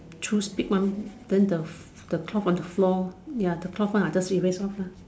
choose big one then the the cloth on the floor ya the cloth one I just erase off lah